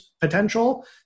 potential